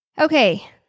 Okay